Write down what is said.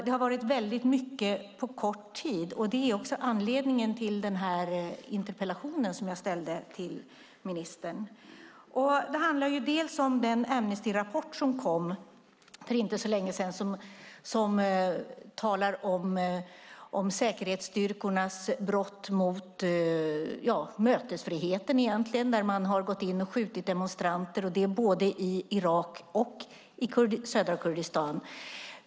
Det har hänt väldigt mycket på kort tid. Det är också anledningen till den här interpellationen. Det handlar dels om den Amnestyrapport som kom för inte så länge sedan och som talar om säkerhetsstyrkornas brott mot mötesfriheten. Man har gått in och skjutit demonstranter, både i Irak och i södra Kurdistan.